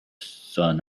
sun